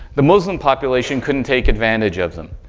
the muslim population couldn't take advantage of them,